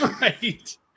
Right